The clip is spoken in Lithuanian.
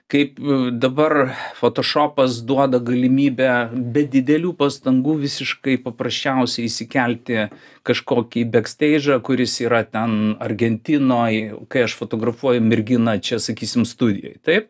kaip dabar fotošopas duoda galimybę be didelių pastangų visiškai paprasčiausiai įsikelti kažkokį beksteidžą kuris yra ten argentinoj kai aš fotografuoju merginą čia sakysim studijoj taip